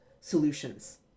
solutions